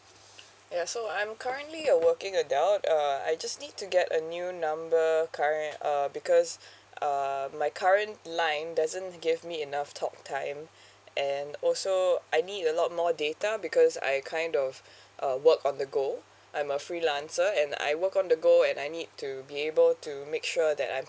ya so I'm currently a working adult uh I just need to get a new number current uh because uh my current line doesn't give me enough talk time and also I need a lot more data because I kind of uh work on the go I'm a freelancer and I work on the go and I need to be able to make sure that I'm